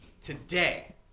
today